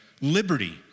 liberty